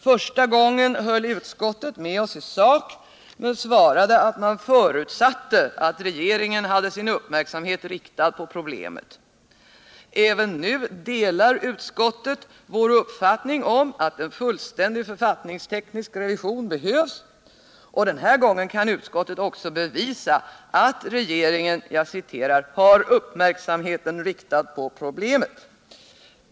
Första gången höll utskottet med oss i sak men svarade att man ”förutsatte” att regeringen hade sin uppmärksamhet riktad på problemet. Även nu delar utskottet vår uppfattning att en fullständig författningsteknisk revision behövs, och den här gången kan utskottet dessutom bevisa att regeringen ”har uppmärksamheten riktad på problemet”.